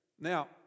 Now